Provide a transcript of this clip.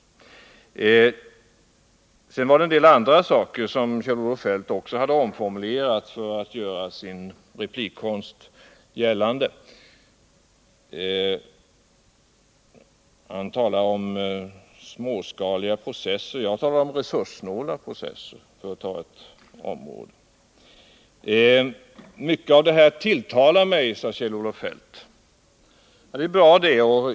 Kjell-Olof Feldt omformulerade också en del andra saker för att göra sin replikkonst gällande. Han talade om småskaliga processer, medan jag talade om resurssnåla processer, för att ta ett exempel. Mycket av det här tilltalar mig, sade Kjell-Olof Feldt, och det är ju bra.